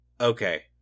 Okay